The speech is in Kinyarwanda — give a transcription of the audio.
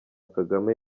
kagame